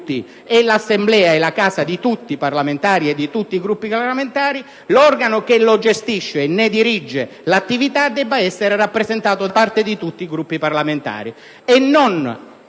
e l'Assemblea sono la casa di tutti i parlamentari e di tutti i Gruppi parlamentari, nell'organo che li gestisce e ne dirige l'attività debbano essere rappresentati tutti i Gruppi parlamentari,